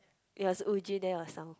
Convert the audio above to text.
yea so Woo-Jin then it was